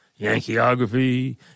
Yankeeography